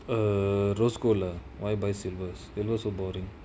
err rose gold lah why buy silver silver so boring